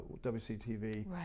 WCTV